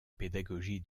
pédagogie